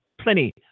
plenty